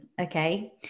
Okay